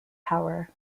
power